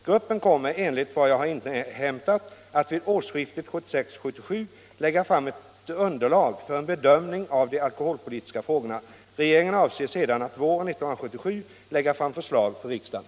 Gruppen kommer enligt vad jag har inhämtat att vid årsskiftet 1976-1977 lägga fram ett underlag för en bedömning av de alkoholpolitiska frågorna. Regeringen avser sedan att våren 1977 lägga fram förslag för riksdagen.